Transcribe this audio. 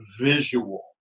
visual